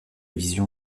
vision